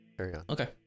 Okay